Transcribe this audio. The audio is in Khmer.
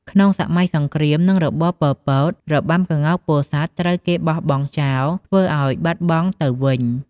ក្នុងសម័យសង្គ្រាម និងរបបប៉ុលពត របាំក្ងោកពោធិ៍សាត់ត្រូវគេបោះបង់ចោលធ្វើឱ្យបាត់បង់ទៅវិញ ។